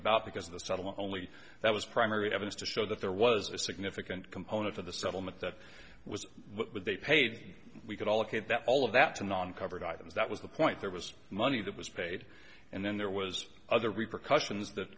about because of the settlement only that was primary evidence to show that there was a significant component of the settlement that was what they paid we could all get that all of that to non covered items that was the point there was money that was paid and then there was other repercussions that